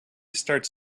starts